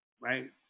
right